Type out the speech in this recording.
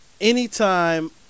anytime